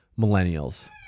millennials